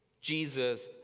Jesus